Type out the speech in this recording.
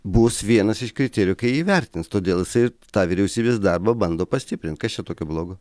bus vienas iš kriterijų kai jį vertins todėl jisai tą vyriausybės darbą bando pastiprint kas čia tokio blogo